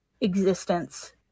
existence